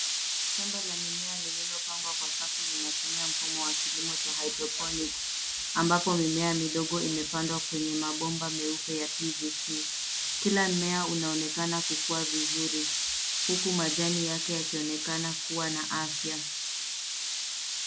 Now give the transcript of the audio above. Shamba la mimea lililopangwa kwa safu linatumia mfumo wa kilimo cha hydroponics ambapo mimea midogo imepandwa kwenye mabomba meupe ya PVC.Kila mmea unaonekana kukua vizuri huku majani yake yakionekana kuwa na afya.